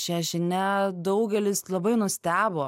šia žinia daugelis labai nustebo